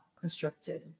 constructed